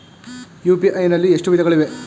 UPI ನಲ್ಲಿ ಎಷ್ಟು ವಿಧಗಳಿವೆ?